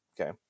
okay